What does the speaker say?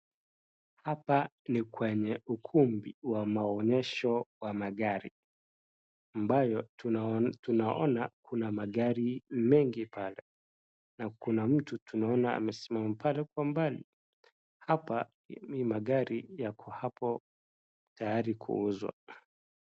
Hapa ni kwenye ukumbi wa maonyesho wa magari, ambayo tunaona kuna magari mengi pale, na kuna mtu tunaona amesimama pale kwa mbali, hapa magari yako hapo tayari kuuzwa.